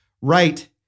right